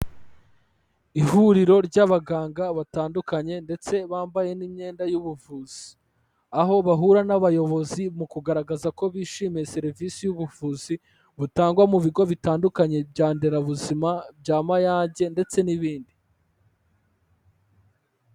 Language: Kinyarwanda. Ihuriro ry'abaganga batandukanye ndetse bambaye n'iyenda y'ubuvuzi, aho bahura n'abayobozi mu kugaragaza ko bishimiye serivisi y'ubuvuzi butangwa mu bigo bitandukanye bya nderabuzima bya Mayange ndetse n'ibindi.